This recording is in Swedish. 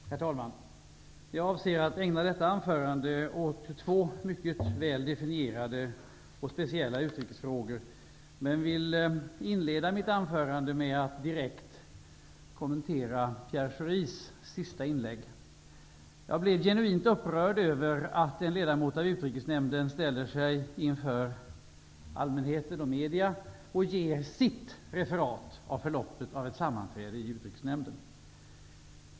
Herr talman! Jag avser att ägna detta anförande åt två mycket väl definierade och speciella utrikesfrågor, men jag vill inleda med att direkt kommentera Pierre Schoris sista inlägg. Jag blev genuint upprörd över att en ledamot av Utrikesnämnden ställer sig inför allmänhet och medier och ger sitt referat av förloppet av ett sammanträde i Utrikesnämnden.